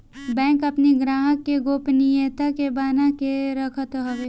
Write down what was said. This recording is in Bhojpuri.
बैंक अपनी ग्राहक के गोपनीयता के बना के रखत हवे